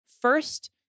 first